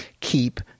keep